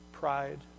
pride